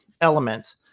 element